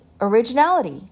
originality